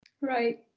Right